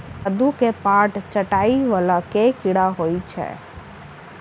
कद्दू केँ पात चाटय वला केँ कीड़ा होइ छै?